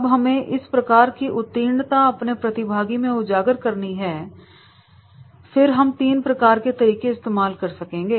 अब हमें इस प्रकार की उत्तीर्णता अपने प्रतिभागी मैं उजागर करनी है फिर हम तीन प्रकार के तरीके इस्तेमाल कर सकेंगे